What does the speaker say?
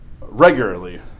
regularly